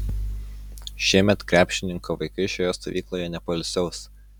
šiemet krepšininko vaikai šioje stovykloje nepoilsiaus